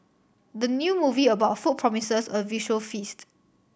the new movie about food promises a visual feast